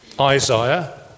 Isaiah